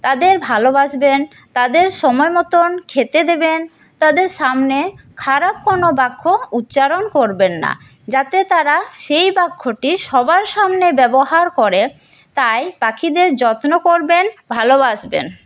তাদের ভালোবাসবেন তাদের সময় মতো খেতে দেবেন তাদের সামনে খারাপ কোন বাক্য উচ্চারণ করবেন না যাতে তারা সেই বাক্যটি সবার সামনে ব্যবহার করে তাই পাখিদের যত্ন করবেন ভালোবাসবেন